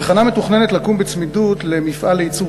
התחנה מתוכננת לקום בצמידות למפעל לייצור